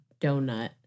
donut